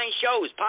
shows